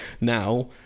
now